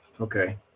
Okay